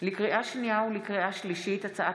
לקריאה שנייה ולקריאה שלישית: הצעת